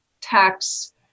tax